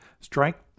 Strike